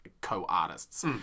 co-artists